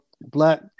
black